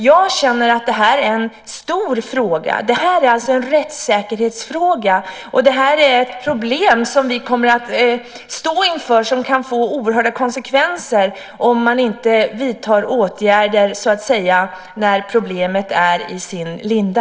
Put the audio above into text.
Jag känner att det här är en stor fråga. Det är alltså en rättssäkerhetsfråga. Och det är ett problem som vi kommer att stå inför och som kan få oerhört stora konsekvenser om man inte vidtar åtgärder när problemet så att säga är i sin linda.